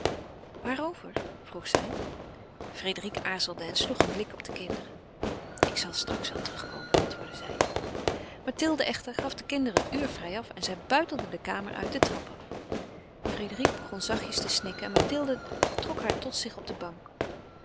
waarover vroeg zij frédérique aarzelde en sloeg een blik op de kinderen ik zal straks wel terugkomen antwoordde zij mathilde echter gaf den kinderen vrijaf en zij buitelden de kamer uit de trap af frédérique begon zachtjes te snikken en mathilde trok haar tot zich op de bank